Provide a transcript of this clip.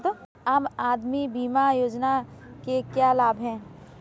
आम आदमी बीमा योजना के क्या लाभ हैं?